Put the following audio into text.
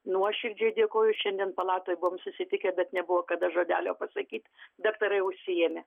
nuoširdžiai dėkoju šiandien palatoj buvom susitikę bet nebuvo kada žodelio pasakyt daktarai užsiėmę